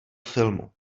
filmu